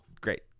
Great